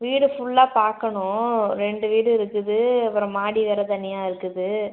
வீடு ஃபுல்லா பார்க்கணும் ரெண்டு வீடு இருக்குது அப்புறம் மாடி வேறு தனியாக இருக்குது